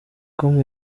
com